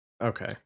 Okay